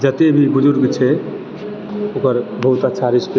जते भी बुजुर्ग छै ओकर बहुत अच्छा रिस्पेक्ट